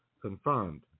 confirmed